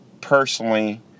personally